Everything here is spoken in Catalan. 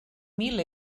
mil